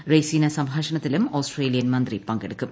റെയ്സീന സംഭാഷണത്തിലും ആസ്ട്രേലിയൻ മന്ത്രി പങ്കെടുക്കും